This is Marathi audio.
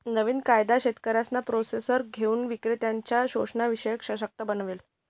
नवीन कायदा शेतकऱ्यांना प्रोसेसर घाऊक विक्रेत्त्यांनच्या शोषणाशिवाय सशक्त बनवेल